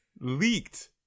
leaked